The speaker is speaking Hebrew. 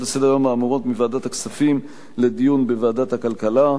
לסדר-היום האמורות מוועדת הכספים לדיון בוועדת הכלכלה.